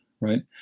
right